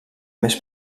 més